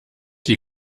die